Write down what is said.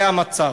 זה המצב.